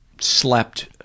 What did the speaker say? slept